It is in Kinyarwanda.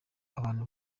abantu